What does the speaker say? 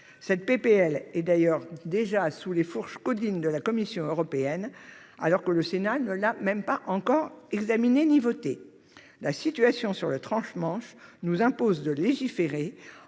de loi est d'ailleurs déjà sous les fourches caudines de la Commission européenne alors que le Sénat ne l'a pas encore examinée ni votée. La situation sur le transmanche nous impose de légiférer